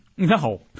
No